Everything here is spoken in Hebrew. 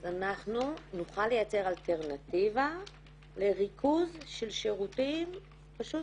אז אנחנו נוכל לייצר אלטרנטיבה לריכוז של שירותים פשוט